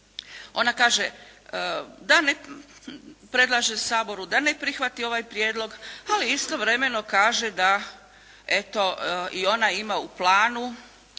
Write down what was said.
Ona kaže da predlaže Saboru da ne prihvati ovaj prijedlog ali istovremeno kaže da eto i ona ima u planu